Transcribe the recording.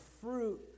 fruit